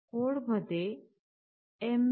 code मध्ये mbed